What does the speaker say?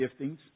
giftings